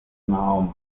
mahoma